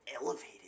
elevated